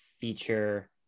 feature